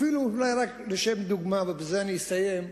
אפילו אולי רק לשם דוגמה, ובזה אני אסיים,